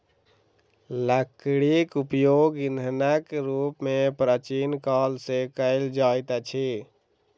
लकड़ीक उपयोग ईंधनक रूप मे प्राचीन काल सॅ कएल जाइत अछि